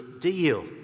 deal